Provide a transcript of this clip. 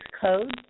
codes